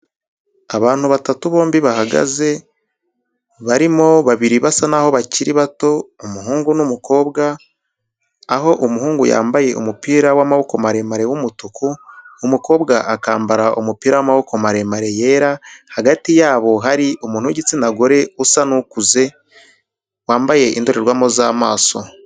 Abantu batatu bombi bahagaze, barimo babiri basa naho bakiri bato umuhungu n'umukobwa, aho umuhungu yambaye umupira w'amaboko maremare w'umutuku, umukobwa akambara umupira w'amaboko maremare yera, hagati yabo hari umuntu w'igitsina gore usa n'ukuze, wambaye indorerwamo z'amaso.